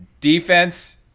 Defense